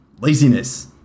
laziness